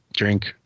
Drink